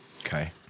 Okay